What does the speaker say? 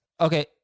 Okay